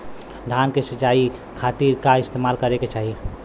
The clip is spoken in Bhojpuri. धान के सिंचाई खाती का इस्तेमाल करे के चाही?